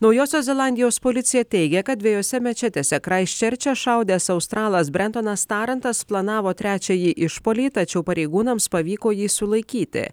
naujosios zelandijos policija teigia kad dviejose mečetėse kraistčerče šaudęs australas brentonas tarantas planavo trečiąjį išpuolį tačiau pareigūnams pavyko jį sulaikyti